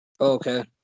Okay